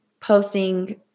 posting